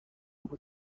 بود